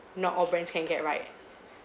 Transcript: not all brands can get right